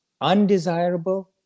undesirable